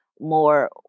more